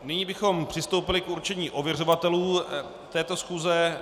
Nyní bychom přistoupili k určení ověřovatelů této schůze.